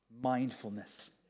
mindfulness